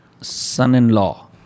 son-in-law